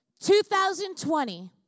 2020